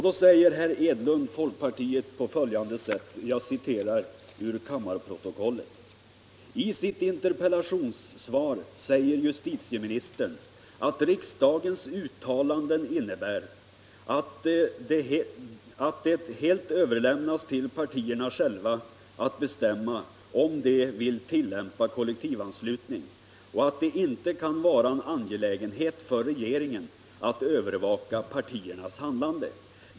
Då sade herr Enlund, folkpartiet, följande: ”I sitt interpellationssvar säger justitieministern att riksdagens uttalande innebär att det helt överlämnas till partierna själva att bestämma om de vill tillämpa kollektivanslutning och att det inte kan vara en angelägenhet för regeringen att övervaka partiernas handlande.